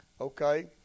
Okay